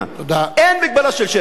אין מגבלה של שטח.